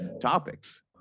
topics